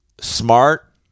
smart